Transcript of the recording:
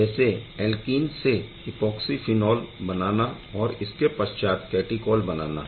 जैसे ऐल्कीन से epoxy phenol बनाना और इसके पश्चात कैटीकॉल बनाना